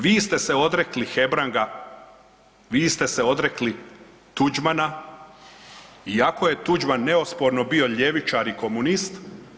Zatim, vi ste se odrekli Hebranga, vi ste se odrekli Tuđmana iako je Tuđman neosporno bio ljevičar i komunist.